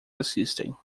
assistem